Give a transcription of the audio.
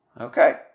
Okay